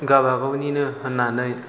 गावबा गावनिनो होननानै